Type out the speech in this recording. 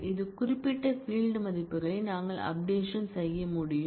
இது குறிப்பிட்ட ஃபீல்ட் மதிப்புகளை நீங்கள் அப்டேஷன் செய்ய முடியும்